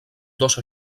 dos